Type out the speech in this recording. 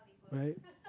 right